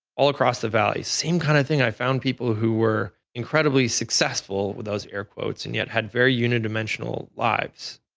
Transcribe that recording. all across the valley, same kind of thing. i found people who were incredibly successful with those air quotes and yet had very unidimensional lives.